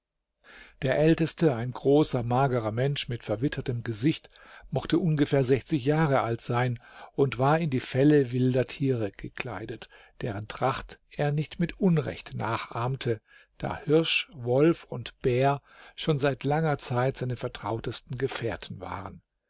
der älteste ein großer magerer mensch mit verwittertem gesicht mochte ungefähr sechzig jahre alt sein und war in felle wilder tiere gekleidet deren tracht er nicht mit unrecht nachahmte da hirsch wolf und bär schon seit langer zeit seine vertrautesten gefährten waren